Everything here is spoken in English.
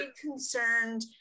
concerned